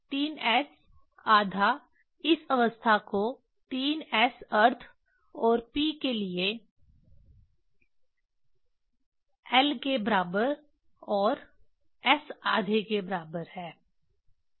3 s आधा इस अवस्था को 3 s अर्ध और p के लिए l एल 1 के बराबर और s आधे के बराबर है